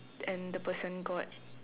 and the person got